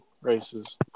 Races